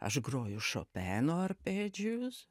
aš groju šopeno arpedžius